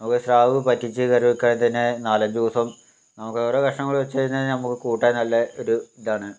നമുക്ക് സ്രാവ് പറ്റിച്ച് കറി വെക്കുകയാണെങ്കിൽ തന്നെ നാലഞ്ച് ദിവസം നമുക്ക് വേറെ കഷ്ണങ്ങൾ വച്ച് കഴിഞ്ഞാൽ നമുക്ക് കൂട്ടാൻ നല്ല ഒരു ഇതാണ്